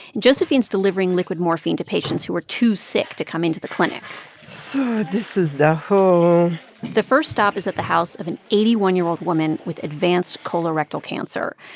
josephine's delivering liquid morphine to patients who are too sick to come into the clinic so this is the home the first stop is at the house of an eighty one year old woman with advanced colorectal cancer.